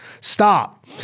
Stop